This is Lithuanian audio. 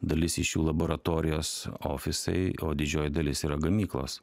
dalis iš jų laboratorijos ofisai o didžioji dalis yra gamyklos